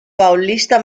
paulista